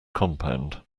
compound